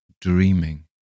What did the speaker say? dreaming